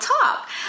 talk